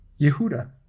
Yehuda